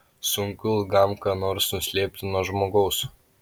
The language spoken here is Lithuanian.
sunku ilgam ką nors nuslėpti nuo žmogaus